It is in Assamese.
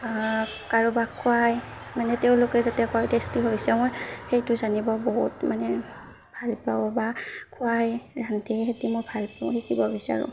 কাৰোবাক খুৱাই মানে তেওঁলোকে যাতে কয় টেষ্টি হৈছে মোৰ সেইটো জানিব বহুত মানে ভাল পাওঁ বা খুৱাই ৰান্ধি সেইটো মই ভাল পাওঁ শিকিব বিচাৰোঁ